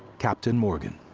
captain morgan.